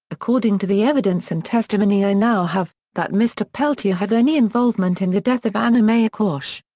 according to the evidence and testimony i now have, that mr. peltier had any involvement in the death of anna mae aquash.